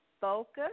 focus